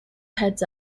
heads